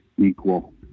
equal